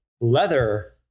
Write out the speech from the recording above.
leather